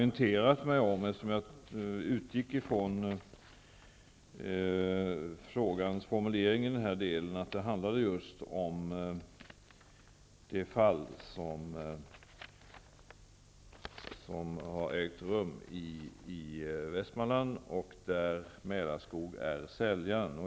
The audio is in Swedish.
Jag utgick från frågans formulering att detta handlar om det fall som har ägt rum i Västmanland och där Mälarskog är säljaren.